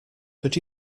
could